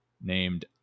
named